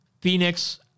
Phoenix